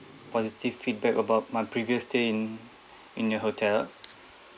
positive feedback about my previous stay in in your hotel